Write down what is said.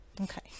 okay